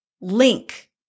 link